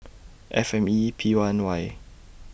F M E P one Y